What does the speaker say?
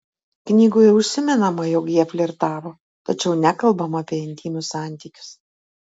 knygoje užsimenama jog jie flirtavo tačiau nekalbama apie intymius santykius